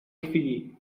chwili